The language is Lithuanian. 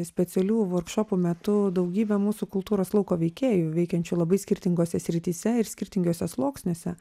specialių workšopų metu daugybė mūsų kultūros lauko veikėjų veikiančių labai skirtingose srityse ir skirtinguose sluoksniuose